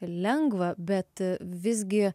lengva bet visgi